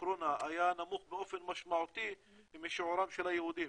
הקורונה היה נמוך באופן משמעותי משיעורם של היהודים,